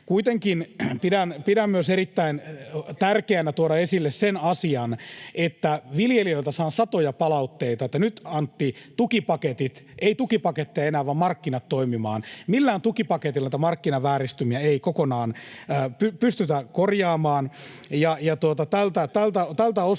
Kuitenkin pidän erittäin tärkeänä tuoda esille myös sen asian, että viljelijöiltä saan satoja palautteita, että nyt, Antti, ei tukipaketteja enää vaan markkinat toimimaan. Millään tukipaketilla näitä markkinavääristymiä ei kokonaan pystytä korjaamaan. [Toimi